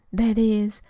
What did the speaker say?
that is,